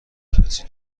کسی